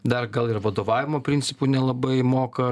dar gal ir vadovavimo principų nelabai moka